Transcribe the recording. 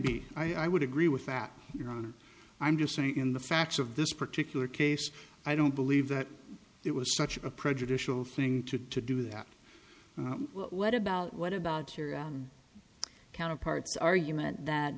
be i would agree with that you know i'm just saying in the facts of this particular case i don't believe that it was such a prejudicial thing to to do that what about what about your counterparts argument that